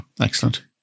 excellent